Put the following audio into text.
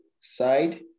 side